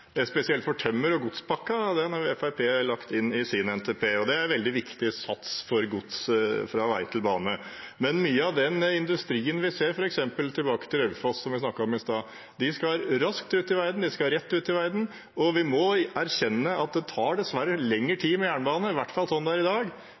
NTP, og det er en veldig viktig satsing for gods fra vei til bane. Men for mye av industrien – tilbake til f.eks. Raufoss, som vi snakket om i stad – ser vi at det skal raskt ut i verden, det skal rett ut i verden. Og vi må dessverre erkjenne at det tar